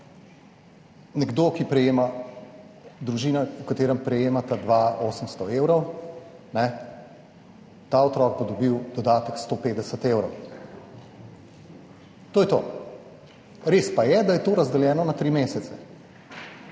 bistvu razumem. Družina, v kateri prejemata dva 800 evrov, bo ta otrok dobil dodatek 150 evrov. To je to. Res pa je, da je to razdeljeno na tri mesece.